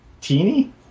Teeny